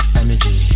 energy